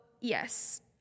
yes